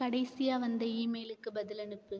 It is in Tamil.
கடைசியாக வந்த ஈமெயிலுக்கு பதில் அனுப்பு